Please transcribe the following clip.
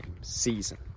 season